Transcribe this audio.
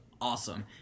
awesome